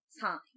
time